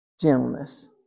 gentleness